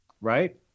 right